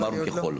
אמרנו "ככל".